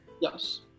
Yes